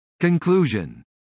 Conclusion